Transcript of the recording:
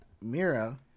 Mira